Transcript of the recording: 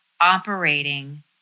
operating